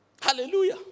Hallelujah